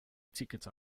ticket